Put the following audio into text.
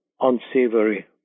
unsavory